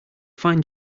find